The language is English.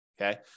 Okay